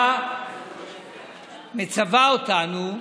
התורה מצווה אותנו: